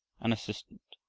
an assistant.